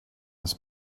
his